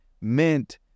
meant